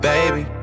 Baby